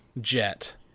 jet